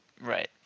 Right